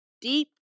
deep